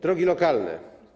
Drogi lokalne.